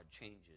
changes